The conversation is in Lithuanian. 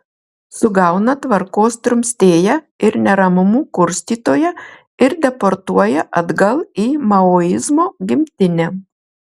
sugauna tvarkos drumstėją ir neramumų kurstytoją ir deportuoja atgal į maoizmo gimtinę